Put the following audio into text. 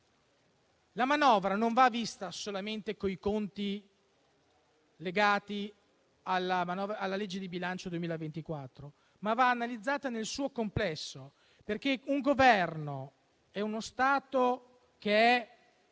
la manovra non va dunque vista solamente coi conti legati alla legge di bilancio 2024, ma va analizzata nel suo complesso, perché un Governo, uno Stato che è